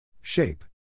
Shape